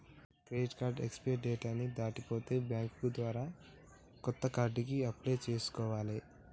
credit card expiry date ని దాటిపోతే bank ద్వారా కొత్త కార్డుకి అప్లై చేసుకోవాలే